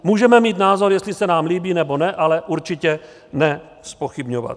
Můžeme mít názor, jestli se nám líbí, nebo ne, ale určitě ne zpochybňovat.